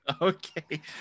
okay